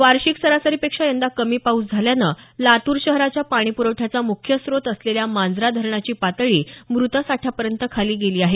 वार्षिक सरासरीपेक्षा यंदा कमी पाऊस झाल्यानं लातूर शहराच्या पाणीप्रवठ्याचा मुख्य स्त्रोत असलेल्या मांजरा धरणाची पातळी मृत साठ्यापर्यंत खाली गेली आहे